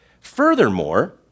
Furthermore